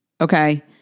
okay